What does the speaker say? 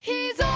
he's